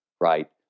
Right